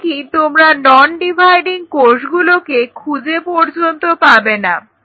এমনকি তোমরা non dividing কোষগুলোকে খুঁজে পর্যন্ত পাবেনা